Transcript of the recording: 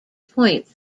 points